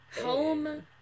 Home